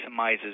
maximizes